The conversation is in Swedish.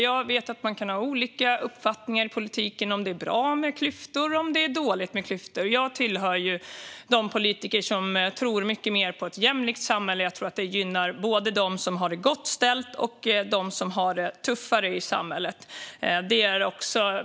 Jag vet att man kan ha olika uppfattningar i politiken om huruvida det är bra med klyftor eller om det är dåligt. Jag tillhör de politiker som tror mycket mer på ett jämlikt samhälle. Jag tror att det gynnar både dem som har det gott ställt och dem som har det tuffare i samhället.